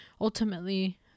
ultimately